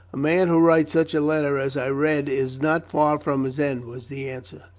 a man who writes such a letter as i read is not far from his end, was the answer.